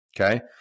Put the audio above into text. Okay